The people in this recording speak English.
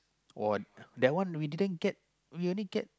uh that one we didn't get we only get